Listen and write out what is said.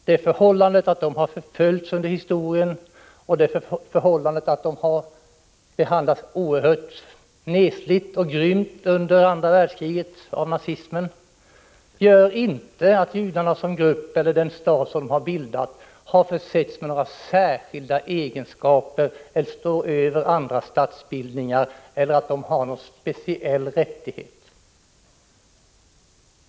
Det förhållandet att de har förföljts under historien och att de har behandlats oerhört nesligt och grymt av nazisterna under andra världskriget gör inte att judarna som grupp eller att den stat som de har bildat har försetts med några särskilda egenskaper att stå över andra statsbildningar eller att de har någon speciell rättighet.